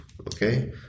okay